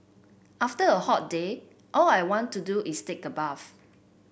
after a hot day all I want to do is take a bath